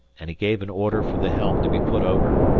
and he gave an order for the helm to be put over,